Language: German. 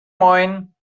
moin